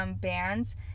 bands